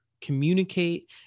communicate